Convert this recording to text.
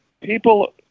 People